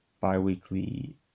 bi-weekly